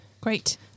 Great